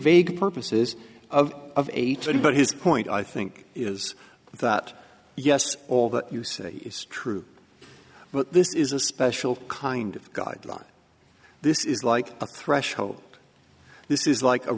vague purposes of a treaty but his point i think is that yes all that you say is true but this is a special kind of guideline this is like a threshold this is